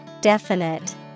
Definite